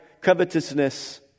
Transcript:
covetousness